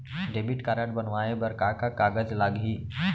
Debit card बनवाये बर का का कागज लागही?